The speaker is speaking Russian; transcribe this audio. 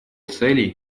целей